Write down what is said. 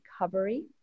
recovery